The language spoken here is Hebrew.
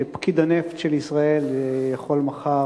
שפקיד הנפט של ישראל יכול מחר,